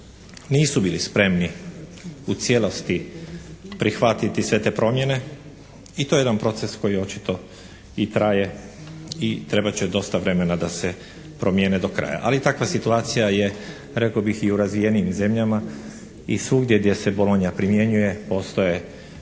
nisu bili spremni u cijelosti prihvatiti sve te promjene i to je jedan proces koji očito i traje i trebat će dosta vremena da se promijene do kraja, ali takva situacija je rekao bih i u razvijenijim zemljama i svugdje gdje se Bologna primjenjuje postoje